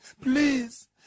Please